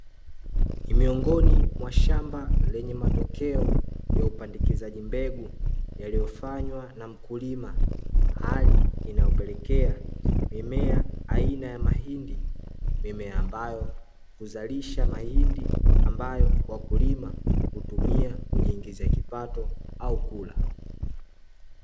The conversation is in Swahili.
Ni miongoni mwa shamba lenye matokeo ya upandikizaji mbegu; yaliyofanywa na mkulima hali inayopelekea mimea aina ya mahindi, mimea ambayo huzalisha mahindi ambayo wakulima hutumia kujiingizia kipato au kula.